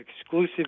exclusive